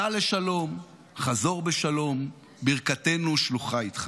סע לשלום, חזור בשלום, ברכתנו שלוחה איתך.